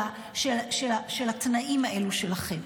של התנאים האלו שלכם.